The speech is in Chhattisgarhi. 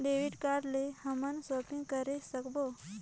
डेबिट कारड ले हमन शॉपिंग करे सकबो?